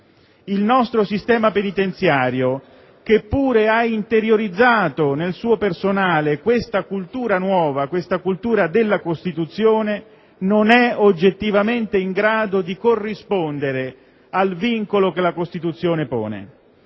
Il nostro sistema penitenziario, che pure ha interiorizzato nel suo personale questa cultura nuova, questa cultura della Costituzione, non è oggettivamente in grado di corrispondere al vincolo che la Costituzione pone.